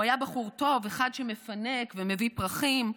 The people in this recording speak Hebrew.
הוא היה בחור טוב, אחד שמפנק ומביא פרחים,